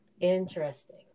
Interesting